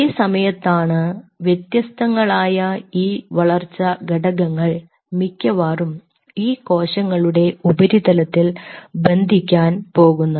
ഈ സമയത്താണ് വ്യത്യസ്തങ്ങളായ ഈ വളർച്ച ഘടകങ്ങൾ മിക്കവാറും ഈ കോശങ്ങളുടെ ഉപരിതലത്തിൽ ബന്ധിക്കാൻ പോകുന്നത്